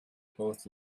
both